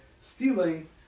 stealing